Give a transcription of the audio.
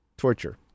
Torture